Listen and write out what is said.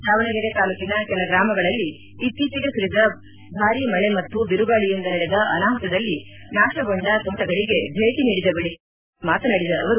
ದಾವಣಗೆರೆ ತಾಲೂಕಿನ ಕೆಲ ಗ್ರಾಮಗಳಲ್ಲಿ ಇತ್ತೀಚೆಗೆ ಸುರಿದ ಮಳೆ ಮತ್ತು ಬಿರುಗಾಳಿಯಿಂದ ನಡೆದ ಅನಾಹುತದಲ್ಲಿ ನಾಶಗೊಂಡ ತೋಟಗಳಿಗೆ ಭೇಟ ನೀಡಿದ ಬಳಿಕ ಸುದ್ದಿಗಾರರೊಂದಿಗೆ ಮಾತನಾಡಿದ ಅವರು